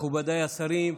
מכובדיי השרים,